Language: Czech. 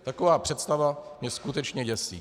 Taková představa mě skutečně děsí.